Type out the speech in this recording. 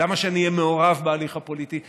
למה שאני אהיה מעורב בהליך הפוליטי.